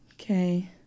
Okay